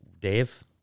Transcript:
Dave